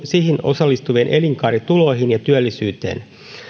siihen osallistuvien elinkaarituloihin ja työllisyyteen